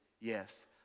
yes